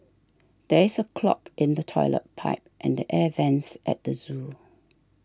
there is a clog in the Toilet Pipe and the Air Vents at the zoo